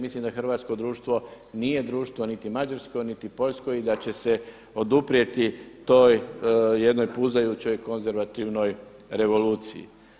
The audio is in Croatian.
Mislim da hrvatsko društvo nije društvo niti Mađarsko, niti Poljsko i da će se oduprijeti toj jednoj puzajućoj konzervativnoj revoluciji.